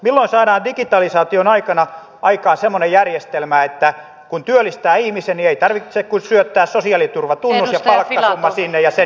milloin saadaan digitalisaation aikana aikaan semmoinen järjestelmä että kun työllistää ihmisen niin ei tarvitse kuin syöttää sosiaaliturvatunnus ja palkkasumma sinne ja sen jälkeen verot ja eläkemaksut ohjataan